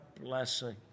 blessing